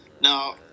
Now